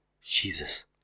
Jesus